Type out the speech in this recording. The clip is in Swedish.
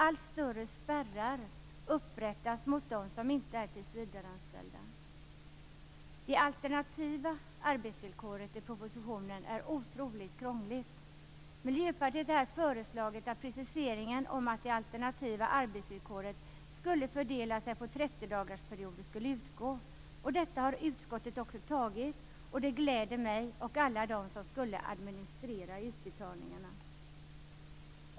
Allt större spärrar upprättas mot dem som inte är tillsvidareanställda. Det alternativa arbetsvillkoret i propositionen är otroligt krångligt. Miljöpartiet har föreslagit att preciseringen att det alternativa arbetsvillkoret skall fördela sig på 30-dagarsperioder, skall utgå. Detta har utskottet också beslutat. Det glädjer mig och alla dem som skall administrera utbetalningarna.